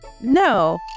No